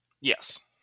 Yes